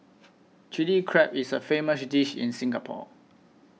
Chilli Crab is a famous dish in Singapore